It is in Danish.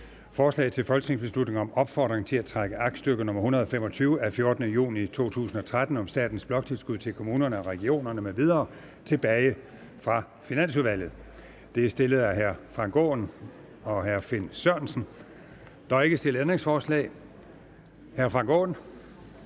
Forslag til folketingsbeslutning om opfordring til at trække aktstykke 125 af 14. juni 2013 om statens bloktilskud til kommunerne og regionerne m.v. tilbage fra Finansudvalget. Af Frank Aaen (EL) og Finn Sørensen (EL). (Fremsættelse 25.06.2013.